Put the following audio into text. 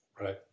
Right